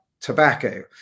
tobacco